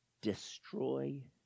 destroy